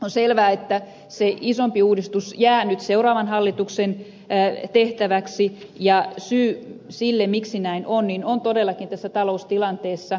on selvä että se isompi uudistus jää nyt seuraavan hallituksen tehtäväksi ja syy siihen miksi näin on on todellakin tässä taloustilanteessa